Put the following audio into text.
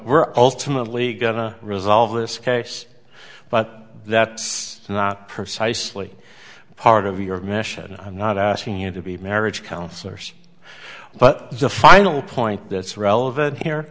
we're alternately gonna resolve this case but that's not precisely part of your mission i'm not asking you to be marriage counselors but the final point that's relevant here